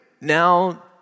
now